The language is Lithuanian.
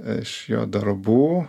iš jo darbų